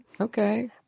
Okay